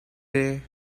day